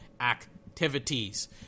activities